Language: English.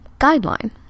guideline